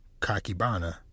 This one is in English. Kakibana